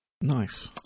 Nice